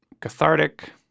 cathartic